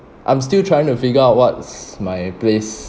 I'm still trying to figure out what's my place